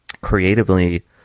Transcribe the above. creatively